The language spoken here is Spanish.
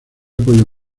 apoyo